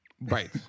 Right